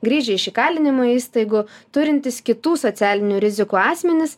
grįžę iš įkalinimo įstaigų turintys kitų socialinių rizikų asmenys